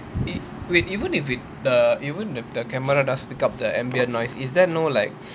wait even if it the even if the camera does pick up the ambient noise is there no like